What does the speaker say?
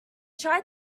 try